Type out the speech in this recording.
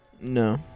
No